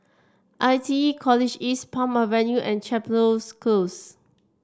I T E College East Palm Avenue and Chepstow Close